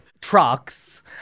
trucks